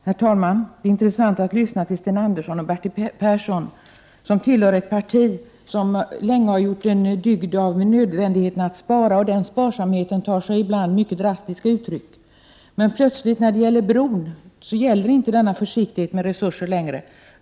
Herr talman! Det är intressant att lyssna till Sten Andersson i Malmö och Bertil Persson, som tillhör ett parti som länge har gjort en dygd av nödvändigheten att spara. Den sparsamheten tar sig ibland mycket drastiska uttryck, men då det är fråga om bron gäller plötsligt inte denna försiktighet med resurser längre.